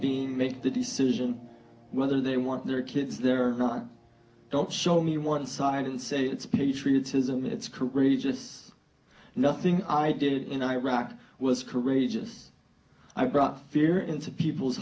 being make the decision whether they want their kids there or not don't show me one side and say it's patriotism it's courageous nothing i did in iraq was courageous i brought fear into people's